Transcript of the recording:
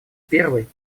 первой